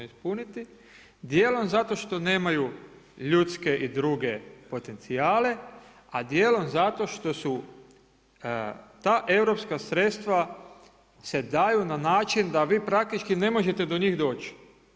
Dijelom zato što nemaju ljudske i druge potencijale, a dijelom zato što su ta europska sredstva se daju na način da vi praktički ne možete do njih doći.